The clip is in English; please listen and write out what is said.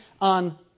on